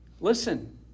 listen